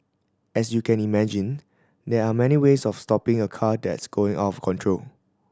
as you can imagine there are many ways of stopping a car that's going out of control